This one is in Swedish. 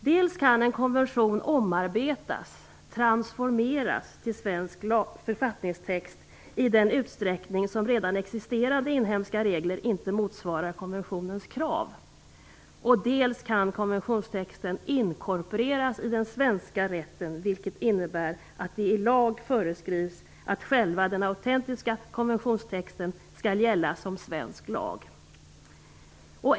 Dels kan en konvention omarbetas - transformeras - till svensk författningstext i den utsträckning som redan existerande inhemska regler inte motsvarar konventionens krav, dels kan konventionstexten inkorporeras i den svenska rätten, vilket innebär att det i lag föreskrivs att den autentiska konventionstexten skall gälla som svensk lag.